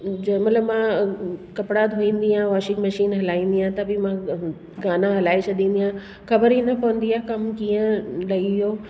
जंहिंमहिल मां कपिड़ा धोईंदी आहियां वॉशिंग मशीन हलाईंदी आहियां त बि मां गाना हलाइ छॾींदी आहियां ख़बर ई न पवंदी आहे कम कीअं लही वियो